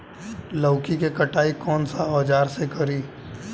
लौकी के कटाई कौन सा औजार से करी?